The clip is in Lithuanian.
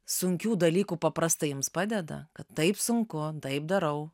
sunkių dalykų paprastai jums padeda kad taip sunku taip darau